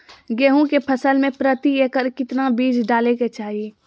गेहूं के फसल में प्रति एकड़ कितना बीज डाले के चाहि?